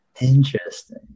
Interesting